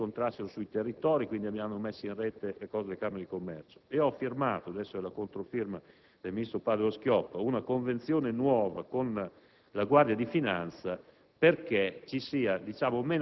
le anomalie di prezzo che riscontrassero sui territori; abbiamo quindi messo in rete i dati delle Camere di commercio e ho firmato - adesso è alla controfirma del ministro Padoa-Schioppa - una nuova convenzione con la Guardia di finanza